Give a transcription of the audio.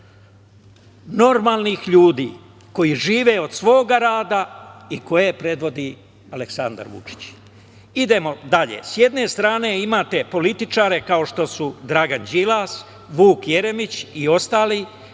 normalnih ljudi, koji žive od svog rada i koje predvodi Aleksandar Vučić. Idemo dalje, s jedne strane imate političare kao što su Dragan Đilas, Vuk Jeremić i ostali,